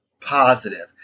positive